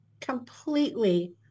completely